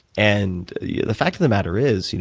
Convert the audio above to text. and the the fact of the matter is,